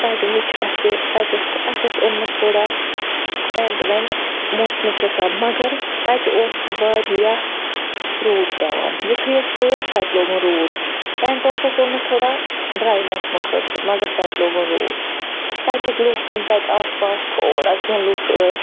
تَتہِ وُچھ اسہِ تَتہِ اوس اسہِ اوس اوٚنمُت تھوڑا ٹیٚنٛٹ ویٚنٛٹ موسمٕکۍ حِسابہٕ مَگر تَتہِ اوس واریاہ روٗد پیٚوان یِتھُے أسۍ وٲتۍ تَتہِ لوگُن روٗد ٹیٚنٛٹ اوس اسہِ اوٚنمُت تھوڑا ڈرٛاے موسمہٕ خٲطرٕ مَگر تَتہِ لوگُن روٗد تَتِکۍ لوٗکھ یِم تَتہِ آس پاس تھوڑا کیٚنٛہہ لوٗکھ ٲسۍ